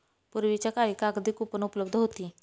पूर्वीच्या काळी कागदी कूपन उपलब्ध होती